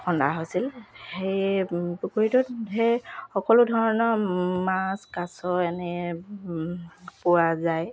খন্দা হৈছিল সেই পুখুৰীটোতহে সকলো ধৰণৰ মাছ কাছ এনে পোৱা যায়